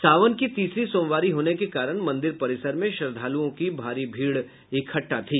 सावन की तीसरी सोमवारी होने के कारण मंदिर परिसर में श्रद्धालुओं की भारी भीड़ इकट्ठा थी